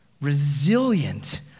resilient